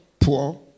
poor